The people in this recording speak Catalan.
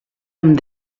amb